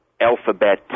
alphabet